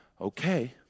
okay